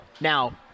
Now